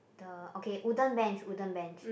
the okay wooden bench wooden bench